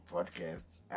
Podcasts